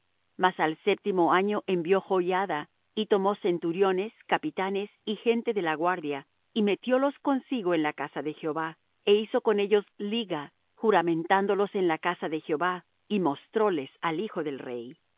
mas al séptimo año envió joiada y tomó centuriones capitanes y gente de la guardia y metiólos consigo en la casa de jehová é hizo con ellos liga juramentándolos en la casa de jehová y mostróles al hijo del rey y